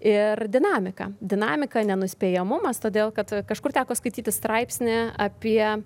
ir dinamiką dinamiką nenuspėjamumas todėl kad kažkur teko skaityti straipsnį apie